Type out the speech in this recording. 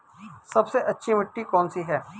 सबसे अच्छी मिट्टी कौन सी है?